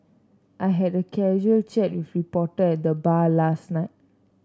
I had a casual chat with reporter at the bar last night